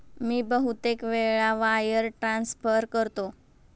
मी बहुतेक वेळा wire transfer करतो